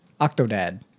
Octodad